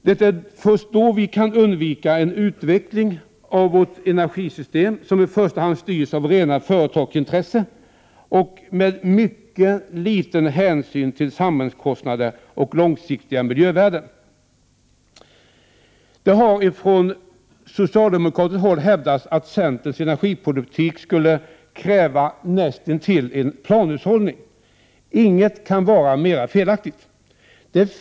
Det är först då som vi kan undvika en utveckling av vårt energisystem, där i första hand rena företagsintressen styr och där mycket liten hänsyn tas till samhällskostnader och långsiktiga miljövärden. Det har från socialdemokratiskt håll hävdats att centerns energipolitik skulle kräva nästintill planhushållning. Inget kan vara mer felaktigt.